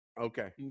Okay